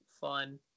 fun